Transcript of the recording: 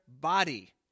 body